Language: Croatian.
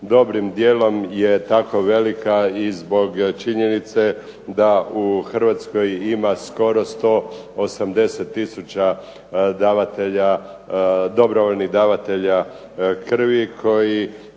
dobrim dijelom je tako velika i zbog činjenice da u Hrvatskoj ima skoro 180 tisuća dobrovoljnih davatelja krvi koji